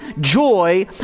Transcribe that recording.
joy